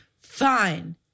fine